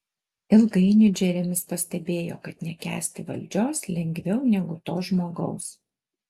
ilgainiui džeremis pastebėjo kad nekęsti valdžios lengviau negu to žmogaus